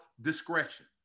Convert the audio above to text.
discretion